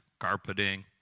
carpeting